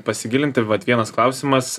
pasigilinti vat vienas klausimas